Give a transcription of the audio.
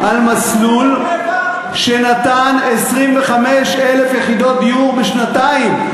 להשתמש במילה "שנאה" על מסלול שנתן 25,000 יחידות דיור בשנתיים.